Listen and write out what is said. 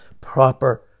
proper